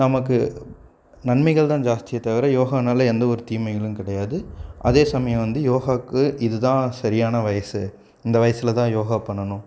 நமக்கு நன்மைகள் தான் ஜாஸ்தியே தவிர யோகானால் எந்த ஒரு தீமைகளும் கிடையாது அதே சமயம் வந்து யோகாக்கு இதுதான் சரியான வயசு இந்த வயசில் தான் யோகா பண்ணனும்